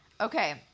Okay